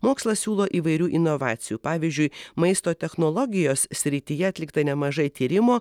mokslas siūlo įvairių inovacijų pavyzdžiui maisto technologijos srityje atlikta nemažai tyrimų